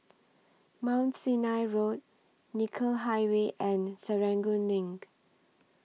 Mount Sinai Road Nicoll Highway and Serangoon LINK